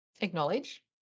acknowledge